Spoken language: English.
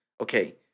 okay